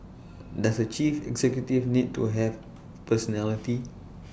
does A chief executive need to have personality